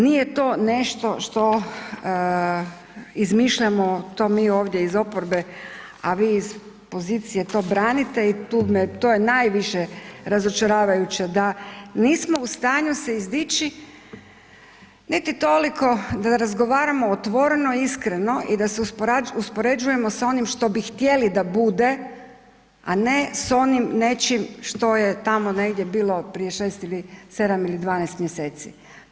Nije to nešto što izmišljamo, to mi ovdje iz oporbe a vi iz pozicije to branite i to je najviše razočaravajuće da nismo u stanju se izdići niti toliko da razgovaramo otvoreno i iskreno i da se uspoređujemo sa onim što bi htjeli da bude a ne s onim nečim što je tamo negdje bilo prije 6 ili 7 ili 12 mjeseci.